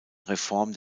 reform